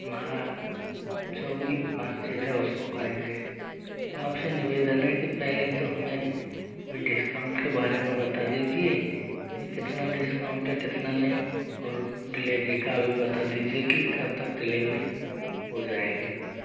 हमारा जो भी बातचीत है उसको करेंगे तो आपसे निवेदन है कि पहले तो हमें कोई डिस्काउंट के बारे में बता दीजिए कि कितना डिस्काउंट है कितना नहीं और डिलेवरी का भी बता दीजिए कि कब तक डिलेवरी हो जाएगी